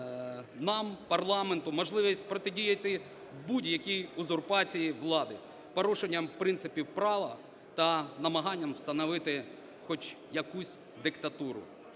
нам, парламенту, можливість протидіяти будь-якій узурпації влади, порушенням принципів права та намаганням встановити хоч якусь диктатуру.